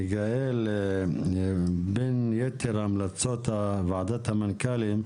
יגאל, בין יתר המלצות ועדת המנכ"לים,